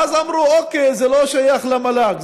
ואז אמרו: אוקיי, זה לא שייך למל"ג.